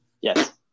Yes